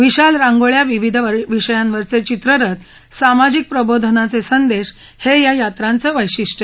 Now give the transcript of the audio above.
विशाल रांगोळ्या विविध विषयांवरचे चित्ररथ सामाजिक प्रबोधनाचे संदेश हे या यात्रांचं वैशिष्ट्य